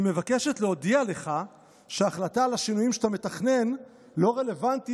"היא מבקשת להודיע לך שההחלטה על השינויים שאתה מתכנן לא רלוונטית,